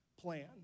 plan